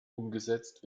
umgesetzt